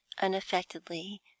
unaffectedly